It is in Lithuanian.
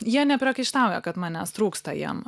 jie nepriekaištauja kad manęs trūksta jiem